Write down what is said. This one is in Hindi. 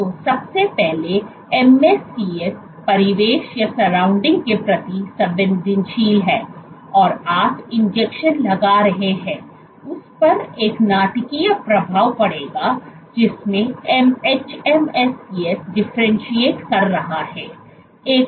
तो सबसे पहले MSCs परिवेश के प्रति संवेदनशील है और आप इंजेक्शन लगा रहे हैं उस पर एक नाटकीय प्रभाव पड़ेगा जिसमें hMSCs डिफरेंटशिएट कर रहा है